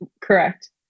Correct